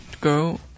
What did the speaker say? girl